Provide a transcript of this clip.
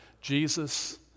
Jesus